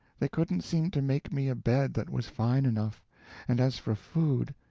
they couldn't seem to make me a bed that was fine enough and as for food,